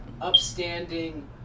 upstanding